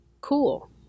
cool